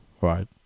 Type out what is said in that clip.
right